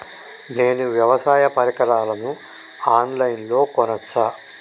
నేను వ్యవసాయ పరికరాలను ఆన్ లైన్ లో కొనచ్చా?